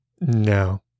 No